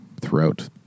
throughout